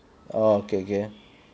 okay okay